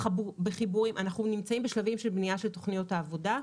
אנחנו נמצאים בשלבים של בניית תוכניות העבודה.